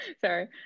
Sorry